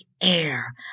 air